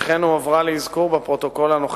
וכן הועברה לאזכור בפרוטוקול הנוכחי.